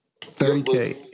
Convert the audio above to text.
30K